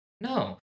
no